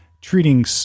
treating